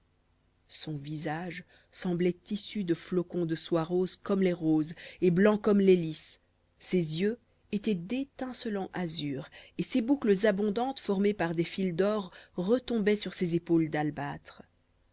son visage semblait tissu de flocons de soie roses comme les roses et blancs comme les lis ses yeux étaient d'étincelant azur et ses boucles abondantes formées par des fils d'or retombaient sur ses épaules d'albâtre